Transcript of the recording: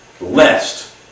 lest